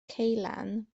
ceulan